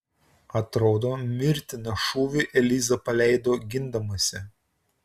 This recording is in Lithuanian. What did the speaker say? atrodo mirtiną šūvį eliza paleido gindamasi